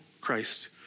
Christ